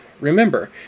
Remember